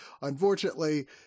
unfortunately